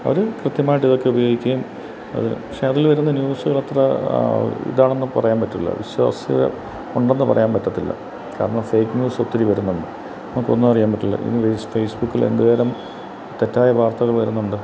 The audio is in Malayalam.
അവർ കൃത്യമായിട്ട് ഇതൊക്കെ ഉപയോഗിക്കുകയും അത് പക്ഷേ അതിൽ വരുന്ന ന്യൂസുകൾ അത്ര ഇതാണെന്ന് പറയാൻ പറ്റൂല വിശ്വാസ്യത ഉണ്ടെന്നു പറയാൻ പറ്റത്തില്ല കാരണം ഫേക്ക് ന്യൂസ്സ് ഒത്തിരി വരുന്നുണ്ട് നമുക്ക് ഒന്നും അറിയാൻ പറ്റില്ല ഈ ഫേസ് ഫേസ്ബുക്കിലെ എന്ത് തരം തെറ്റായ വാർത്തകൾ വരുന്നുണ്ട്